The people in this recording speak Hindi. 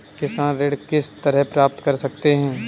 किसान ऋण किस तरह प्राप्त कर सकते हैं?